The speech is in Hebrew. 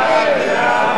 קבוצת סיעת מרצ,